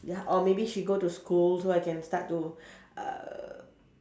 ya or maybe she go to school so I can start to uh